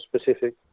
specific